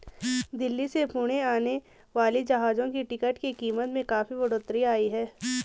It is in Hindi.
दिल्ली से पुणे आने वाली जहाजों की टिकट की कीमत में काफी बढ़ोतरी आई है